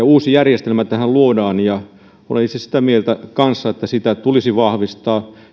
uusi järjestelmä sitten tähän luodaan olen myös itse sitä mieltä että sitä tulisi vahvistaa ja